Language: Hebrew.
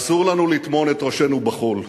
אסור לנו לטמון את ראשינו בחול.